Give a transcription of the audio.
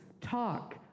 talk